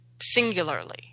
singularly